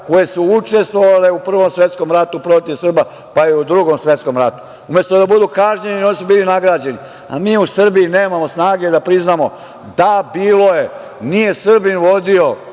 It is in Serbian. koje su učestvovale u Prvom svetskom ratu protiv Srba, pa i u Drugom svetskom ratu. Umesto da budu kažnjeni, oni su bili nagrađeni, a mi u Srbiji nemamo snage da priznamo – da, bilo je, nije Srbin vodio,